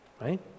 right